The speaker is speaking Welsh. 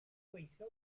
gweithio